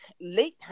late